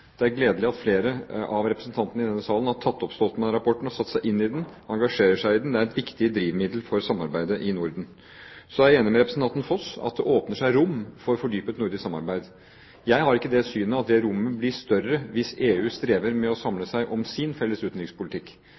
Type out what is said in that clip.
Det er gledelig at flere av representantene i denne salen har tatt opp Stoltenberg-rapporten, satt seg inn i den og engasjerer seg i den. Det er et viktig drivmiddel for samarbeidet i Norden. Jeg er enig med representanten Foss i at det åpner seg rom for fordypet nordisk samarbeid. Jeg har ikke det synet at det rommet blir større hvis EU strever med å samle seg om sin felles utenrikspolitikk.